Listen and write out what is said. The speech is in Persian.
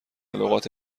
لغات